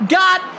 got